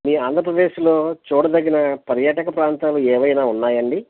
మీ ఆంధ్రప్రదేశ్లో చూడదగిన పర్యాటక ప్రాంతాలు ఏమైనా ఉన్నాయా అండి